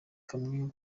kamwe